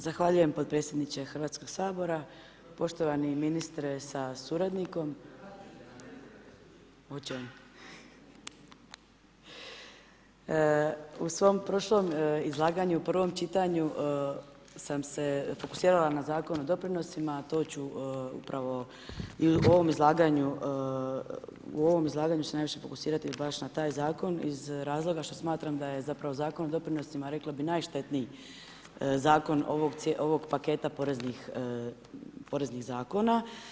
Zahvaljujem podpredsjedniče Hrvatskog sabora, poštovani ministre sa suradnikom, u svom prošlom izlaganju u prvom čitanju sam se fokusirala na Zakon o doprinosima, a to ću upravo i u ovom izlaganju, u ovom izlaganju se najviše fokusirati baš na taj zakon iz razloga što smatram da je zapravo Zakon o doprinosima rekla bi najštetniji zakon ovog paketa poreznih zakona.